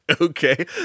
Okay